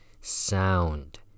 sound